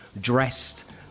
dressed